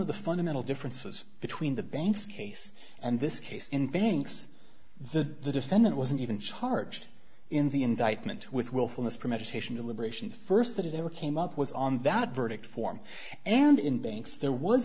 of the fundamental differences between the banks case and this case in banks the defendant wasn't even charged in the indictment with willfulness premeditation deliberation first that it ever came up was on that verdict form and in banks there w